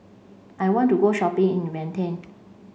I want to go shopping in Vientiane